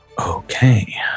Okay